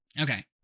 Okay